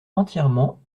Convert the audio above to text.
entièrement